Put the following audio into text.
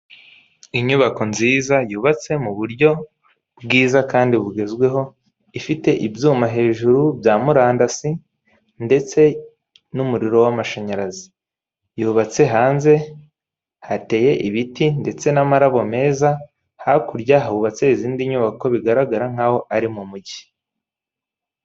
Inyubako nziza, yubatse mu buryo bwiza kandi bugezweho, ifite ibyuma hejuru bya murandasi ndetse n'umuriro w'amashanyarazi. Yubatse hanze, hateye ibiti ndetse n'amarabo meza, hakurya hubatse izindi nyubako, bigaragara nkaho ari mu mugi.